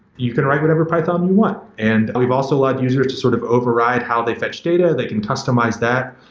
you can write whatever python you and want. and we've also allowed users to sort of override how they fetch data. they can customize that.